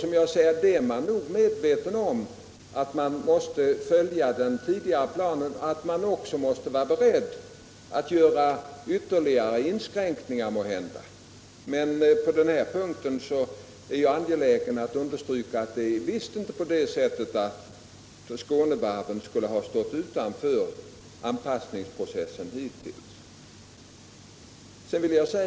Man är nog medveten om att man måste följa den tidigare planen men också om att man måhända måste vara beredd att göra ytterligare inskränkningar. På den punkten är jag angelägen understryka att Skånevarven visst inte hittills har stått utanför omställningsprocessen när det gäller varven.